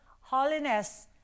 holiness